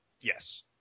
Yes